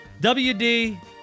WD